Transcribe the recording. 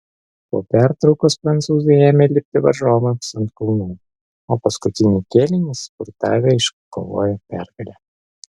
po pertraukos prancūzai ėmė lipti varžovams ant kulnų o paskutinį kėlinį spurtavę iškovojo pergalę